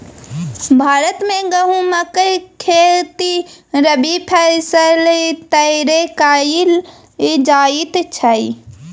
भारत मे गहुमक खेती रबी फसैल तौरे करल जाइ छइ